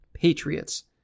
Patriots